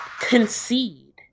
concede